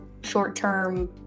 short-term